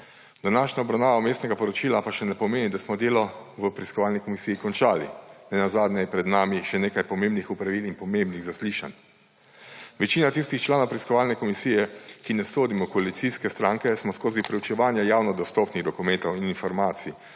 Današnja obravnava Vmesnega poročila pa še ne pomeni, da smo delo v preiskovalni komisiji končali; nenazadnje je pred nami še nekaj pomembnih opravil in pomembnih zaslišanj. Večina tistih članov preiskovalne komisije, ki ne sodimo v koalicijske stranke, smo skozi proučevanje javno dostopnih dokumentov in informacij